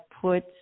put